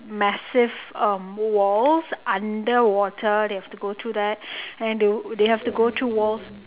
massive um walls underwater they have to go through that and they have to go through walls